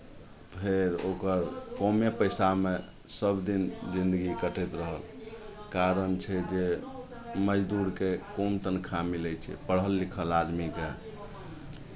फेर ओकर कमे पैसामे सभदिन जिन्दगी कटैत रहल कारण छै जे मजदूरकेँ कम तनख्वाह मिलै छै पढ़ल लिखल आदमीकेँ